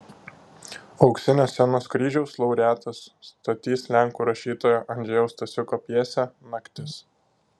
auksinio scenos kryžiaus laureatas statys lenkų rašytojo andžejaus stasiuko pjesę naktis